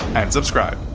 and subscribe.